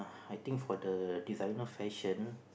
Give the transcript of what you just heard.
I think for the designer fashion